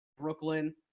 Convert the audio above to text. brooklyn